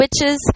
witches